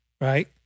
right